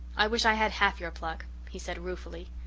i wish i had half your pluck, he said ruefully.